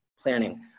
Planning